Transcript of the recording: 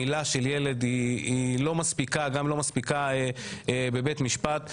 מילה של ילד לא מספיקה בבית משפט.